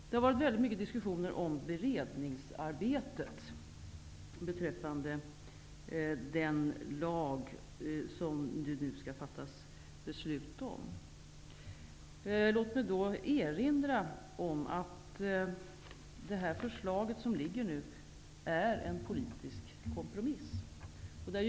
Det har varit väldigt mycket diskussion om beredningsarbetet beträffande den lag som riksdagen nu skall fatta beslut om. Låt mig då erinra om att det förslag som nu föreligger är en politisk kompromiss.